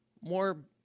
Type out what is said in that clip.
More